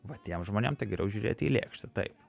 va tiem žmonėm tai geriau žiūrėt į lėkštę taip